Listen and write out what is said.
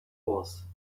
was